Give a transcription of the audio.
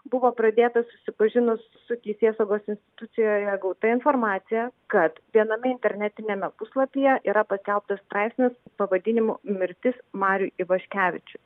buvo pradėtas susipažinus su teisėsaugos institucijoje gauta informacija kad viename internetiniame puslapyje yra paskelbtas straipsnis pavadinimu mirtis mariui ivaškevičiui